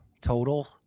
total